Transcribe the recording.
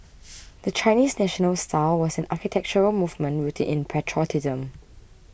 the Chinese National style was an architectural movement rooted in patriotism